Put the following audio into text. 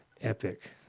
Epic